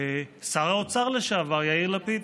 שר האוצר לשעבר יאיר לפיד.